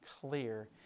clear